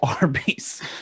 Arby's